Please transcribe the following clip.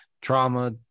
trauma